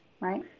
right